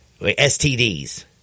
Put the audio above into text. STDs